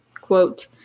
quote